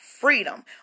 Freedom